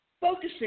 focusing